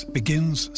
begins